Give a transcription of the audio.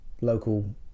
local